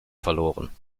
verloren